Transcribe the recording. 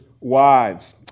wives